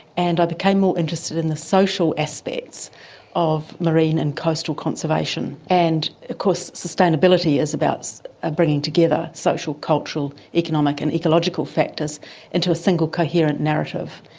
and i became more interested in the social aspects of marine and coastal conservation, and of ah course sustainability is about ah bringing together social, cultural, economic and ecological factors into a single coherent narrative,